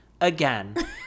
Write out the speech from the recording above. again